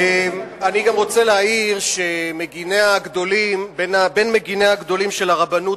אני גם רוצה להעיר שבין מגיניה הגדולים של הרבנות